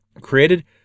created